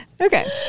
Okay